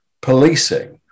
policing